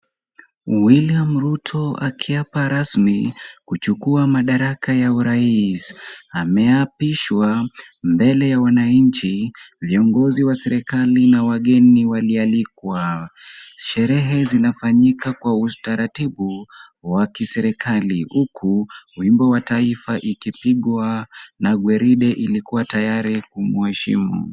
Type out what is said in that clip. William Ruto akiapa rasmi kuchukua madaraka ya urais. Ameapishwa mbele ya wananchi, viongozi wa serikali na wageni walialikwa. Sherehe zinafanyika kwa utaratibu wa kiserikali huku wimbo wa taifa ikipigwa na gwaride ilikuwa tayari kumheshimu.